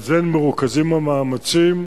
בכך מרוכזים המאמצים.